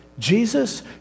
Jesus